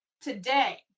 today